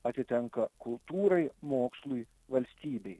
atitenka kultūrai mokslui valstybei